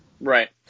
Right